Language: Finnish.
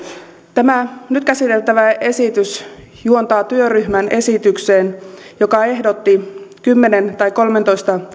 tämä nyt käsiteltävä esitys juontaa työryhmän esitykseen joka ehdotti kymmenen tai kolmentoista